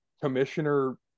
commissioner